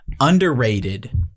underrated